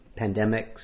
pandemics